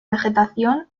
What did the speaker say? vegetación